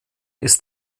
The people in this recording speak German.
ist